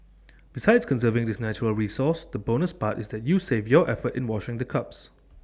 besides conserving this natural resource the bonus part is that you save your effort in washing the cups